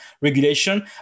regulation